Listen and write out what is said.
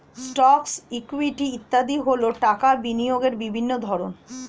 stocks, equity ইত্যাদি হল টাকা বিনিয়োগের বিভিন্ন ধরন